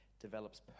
develops